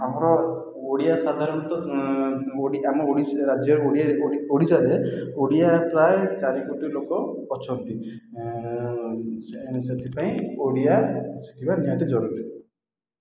ଆମର ଓଡ଼ିଆ ସାଧାରଣତଃ ଆମ ଓଡ଼ିଶା ରାଜ୍ୟ ଓଡ଼ିଶାରେ ଓଡ଼ିଆ ପ୍ରାୟ ଚାରି କୋଟି ଲୋକ ଅଛନ୍ତି ସେଥିପାଇଁ ଓଡ଼ିଆ ଶିଖିବା ନିହାତି ଜରୁରୀ